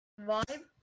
Vibe